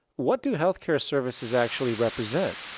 what do health care services actually represent?